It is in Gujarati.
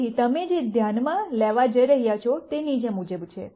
તેથી તમે જે ધ્યાનમાં લેવા જઇ રહ્યા છો તે નીચે મુજબ છે